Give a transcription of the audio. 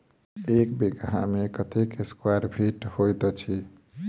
एक बीघा मे कत्ते स्क्वायर फीट होइत अछि?